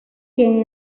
que